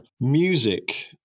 music